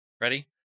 Ready